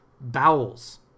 bowels